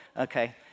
okay